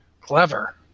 Clever